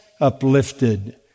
uplifted